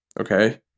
okay